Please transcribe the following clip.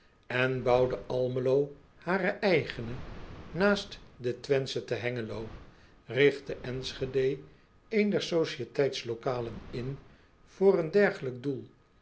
n bouwde lmelo hare eigene naast de wenthsche te engelo rigtte nschede een der societeitslokalen in voor een dergelijk doel